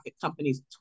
companies